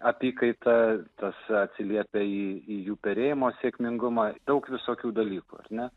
apykaita tas atsiliepia į į jų perėjimo sėkmingumą daug visokių dalykų ar ne